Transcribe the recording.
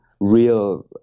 real